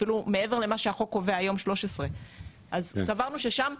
אפילו מעבר למה שהחוק קובע היום 13. אז סברנו ששם,